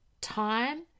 time